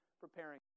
preparing